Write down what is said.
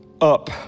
up